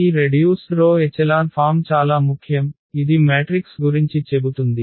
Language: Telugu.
ఈ రెడ్యూస్డ్ రో ఎచెలాన్ ఫామ్ చాలా ముఖ్యం ఇది మ్యాట్రిక్స్ గురించి చెబుతుంది